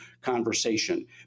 conversation